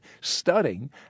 studying